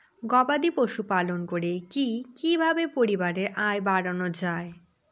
গবাদি পশু পালন করে কি কিভাবে পরিবারের আয় বাড়ানো যায়?